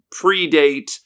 predate